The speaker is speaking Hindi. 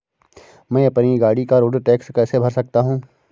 मैं अपनी गाड़ी का रोड टैक्स कैसे भर सकता हूँ?